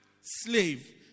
slave